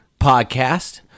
podcast